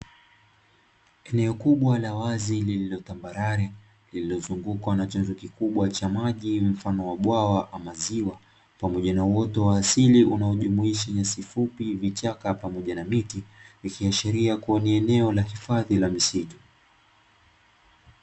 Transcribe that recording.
Eneo kubwa la wazi lililotambarare lililozungukwa na chanzo kikubwa cha maji mfano wa bwawa ama ziwa, pamoja na uoto wa asili unaojumuisha: nyasi fupi, vichaka pamoja na miti; ikiashiria kuwa ni eneo la hifadhi la misitu.